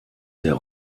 der